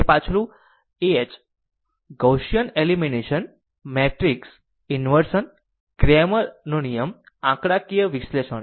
તે પાછલું અવેજી ah Gaussian elimination matrix inversion Cramer નો નિયમ અને આંકડાકીય વિશ્લેષણ છે